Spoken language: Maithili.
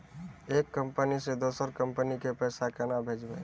एक कंपनी से दोसर कंपनी के पैसा केना भेजये?